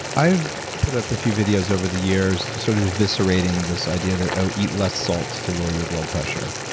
i have put up a few videos over the years' sort of eviscerating this idea that oh, eat less salt to lower your blood pressure.